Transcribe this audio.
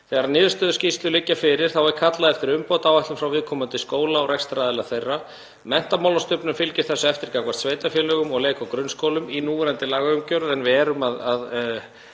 Þegar niðurstöðuskýrslur liggja fyrir er kallað eftir umbótaáætlun frá viðkomandi skóla og rekstraraðila þeirra. Menntamálastofnun fylgir þessu eftir gagnvart sveitarfélögum og leik- og grunnskólum í núverandi lagaumgjörð en við erum að